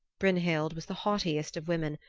brynhild was the haughtiest of women,